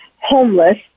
homeless